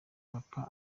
papa